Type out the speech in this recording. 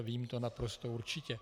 Vím to naprosto určitě.